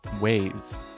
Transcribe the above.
ways